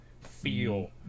feel